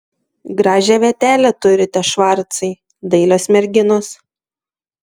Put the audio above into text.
gražią vietelę turite švarcai dailios merginos